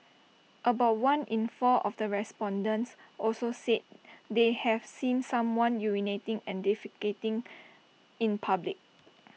about one in four of the respondents also said they have seen someone urinating and defecating in public